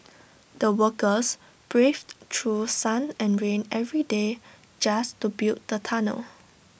the workers braved through sun and rain every day just to build the tunnel